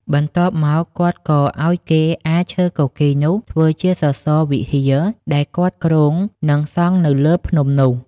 បន្ទាប់មក គាត់ក៏ឲ្យគេអារឈើគគីរនោះធ្វើជាសសរវិហារដែលគាត់គ្រោងនឹងសង់នៅលើភ្នំនោះ។